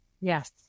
yes